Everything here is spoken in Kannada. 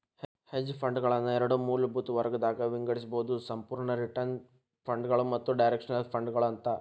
ಹೆಡ್ಜ್ ಫಂಡ್ಗಳನ್ನ ಎರಡ್ ಮೂಲಭೂತ ವರ್ಗಗದಾಗ್ ವಿಂಗಡಿಸ್ಬೊದು ಸಂಪೂರ್ಣ ರಿಟರ್ನ್ ಫಂಡ್ಗಳು ಮತ್ತ ಡೈರೆಕ್ಷನಲ್ ಫಂಡ್ಗಳು ಅಂತ